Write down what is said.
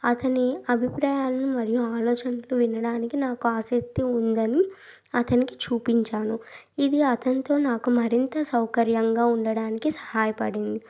అతని అభిప్రాయాలను మరియు ఆలోచనలు వినడానికి నాకు ఆసక్తి ఉందని అతనికి చూపించాను ఇది అతనితో నాకు మరింత సౌకర్యంగా ఉండడానికి సహాయపడింది